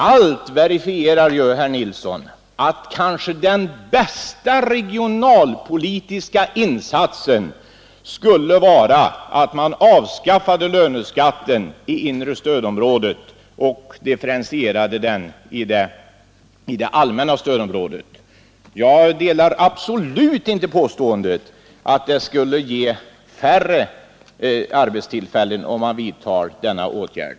Allt verifierar, herr Nilsson, att den bästa regionalpolitiska insatsen kanske skulle vara att avskaffa löneskatten i inre stödområdet och differentiera den i det allmänna stödområdet. Jag delar absolut inte påståendet att det skulle ge färre arbetstillfällen om man vidtar denna åtgärd.